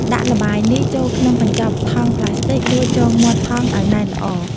ដាក់ល្បាយនេះចូលក្នុងកញ្ចប់ថង់ផ្លាស្ទិក រួចចងមាត់ថង់ឲ្យណែនល្អ។